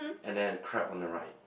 and then a crab on the right